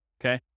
Okay